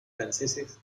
franceses